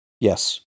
Yes